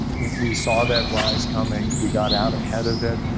we saw that rise coming, we got out ahead of it,